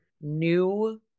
new